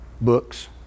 books